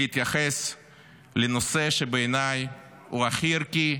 להתייחס לנושא שבעיניי הוא הכי ערכי,